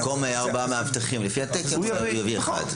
במקום ארבעה מאבטחים לפי התקן, הוא יביא אחד.